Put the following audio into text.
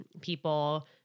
people